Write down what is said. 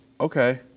okay